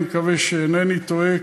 אני מקווה שאינני טועה,